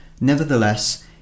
Nevertheless